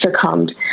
succumbed